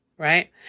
right